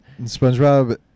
SpongeBob